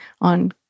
on